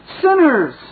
Sinners